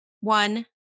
one